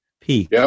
peak